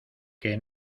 que